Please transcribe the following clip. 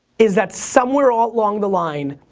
is that somewhere ah along the line,